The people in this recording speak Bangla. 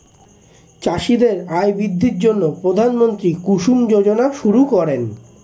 চাষীদের আয় বৃদ্ধির জন্য প্রধানমন্ত্রী কুসুম যোজনা শুরু করেন